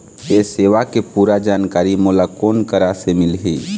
ये सेवा के पूरा जानकारी मोला कोन करा से मिलही?